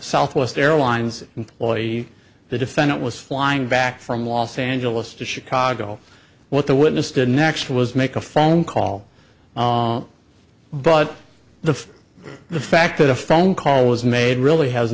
southwest airlines employee the defendant was flying back from los angeles to chicago what the witness did next was make a phone call but the the fact that a phone call was made really has